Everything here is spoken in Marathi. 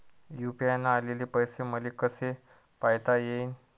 यू.पी.आय न आलेले पैसे मले कसे पायता येईन?